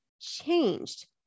changed